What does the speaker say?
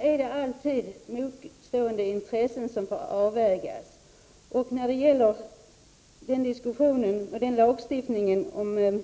Här finns alltid motstående intressen som får avvägas. I diskussionen om